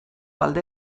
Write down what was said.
alde